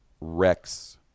Rex